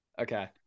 Okay